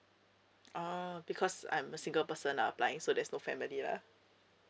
oh because I'm a single person applying so there's no family lah